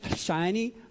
Shiny